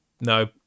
no